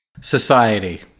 Society